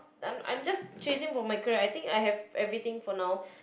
I I'm just chasing for my career I think I have everything for now